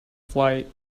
flight